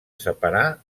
separà